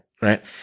right